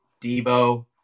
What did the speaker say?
Debo